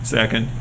Second